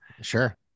Sure